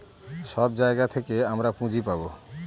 সব জায়গা থেকে আমরা পুঁজি পাবো